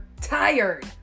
tired